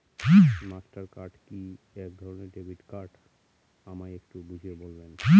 Master card কি একধরণের debit card আমায় একটু বুঝিয়ে বলবেন?